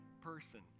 person